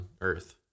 earth